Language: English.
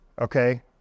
okay